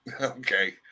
Okay